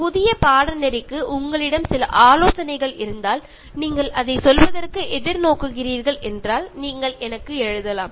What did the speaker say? അതുപോലെ നിങ്ങൾക്ക് എന്തെങ്കിലും നിർദ്ദേശങ്ങൾ നൽകാൻ ഉണ്ടെങ്കിൽ അതായത് നമ്മുടെ പുതിയ കോഴ്സിനെ കുറിച്ച് അതും നിങ്ങൾക്ക് പറയാവുന്നതാണ്